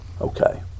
Okay